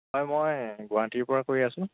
হয় মই গুৱাহাটীৰ পৰা কৈ আছোঁ